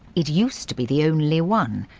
it used to be the only one.